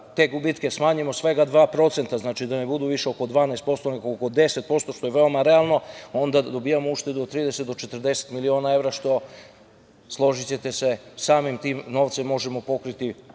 te gubitke smanjimo svega 2%, znači da ne budu više oko 12%, nego oko 10% što je veoma realno, onda dobijamo uštedu od 30 do 40 miliona evra što, složićete se samim tim novcem možemo pokriti